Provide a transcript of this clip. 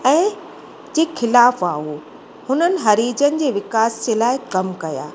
ऐं जे खिलाफ़ु हुआ उहो हुननि हरिजन जे विकास जे लाइ कमु कया